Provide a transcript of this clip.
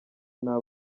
nabi